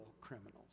criminals